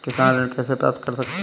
किसान ऋण कैसे प्राप्त कर सकते हैं?